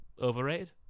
overrated